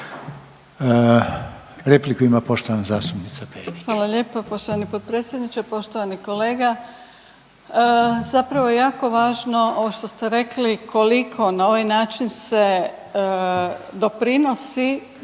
Repliku ima poštovana zastupnica Perić. **Perić, Grozdana (HDZ)** Hvala lijepa poštovani predsjedniče. Poštovani kolega, zapravo je jako važno ovo što ste rekli koliko na ovaj način se doprinosi